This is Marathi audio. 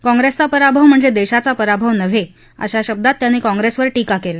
कॉंग्रेसचा पराभव म्हणजे देशाचा पराभव नव्हे अशा शब्दात त्यांनी काँग्रेसवर पीका केली